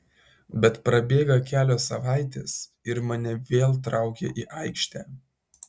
bet prabėga kelios savaitės ir mane vėl traukia į aikštę